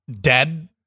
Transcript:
dead